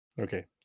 Okay